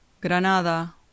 Granada